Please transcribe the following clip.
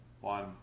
one